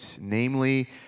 namely